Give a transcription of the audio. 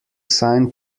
sign